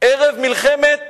ערב מלחמת